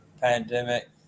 pandemic